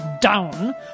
down